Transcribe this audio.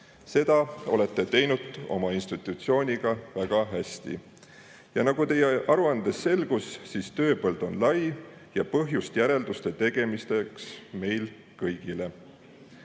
Seda olete teinud oma institutsiooniga väga hästi. Nagu teie aruandest selgus, on tööpõld lai ja põhjust järelduste tegemiseks meil kõigil.